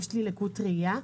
יש לי לקות ראייה.